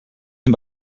dem